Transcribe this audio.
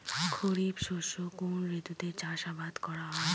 খরিফ শস্য কোন ঋতুতে চাষাবাদ করা হয়?